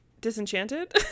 disenchanted